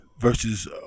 versus